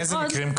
איזה מקרים?